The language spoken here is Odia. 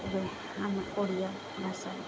ଏବଂ ଆମେ ଓଡ଼ିଆ ଭାଷା